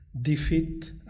Defeat